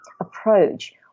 approach